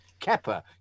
Kepper